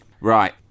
Right